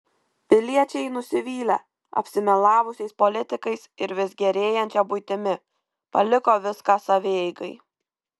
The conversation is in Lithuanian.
piliečiai nusivylę apsimelavusiais politikais ir vis gerėjančia buitimi paliko viską savieigai